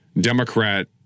Democrat